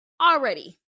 already